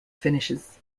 finishes